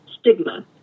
stigma